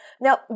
Now